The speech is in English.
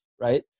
right